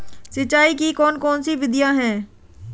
सिंचाई की कौन कौन सी विधियां हैं?